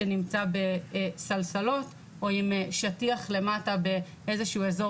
שזה בעצם קש שנמצא בסלסילות או עם שטיח למטה באיזה שהוא אזור